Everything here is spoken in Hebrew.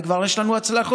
וכבר יש לנו הצלחות.